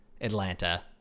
Atlanta